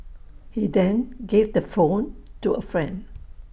he then gave the phone to A friend